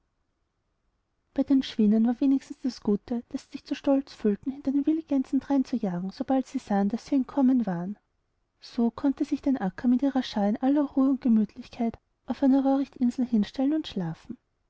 bei den schwänen war wenigstens das gute daß sie sich zu stolz fühlten hinter den wildgänsen drein zu jagen sobald sie sahen daß sie entkommen waren so konnte sich denn akka mit ihrer schar in aller ruhe und gemütlichkeitaufeinerröhrichtinselhinstellenundschlafen niels holgersen war jedoch zu hungrig um zu schlafen